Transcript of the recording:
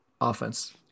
offense